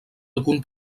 algun